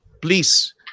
Please